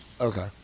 Okay